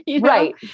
right